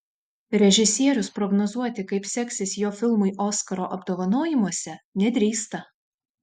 režisierius prognozuoti kaip seksis jo filmui oskaro apdovanojimuose nedrįsta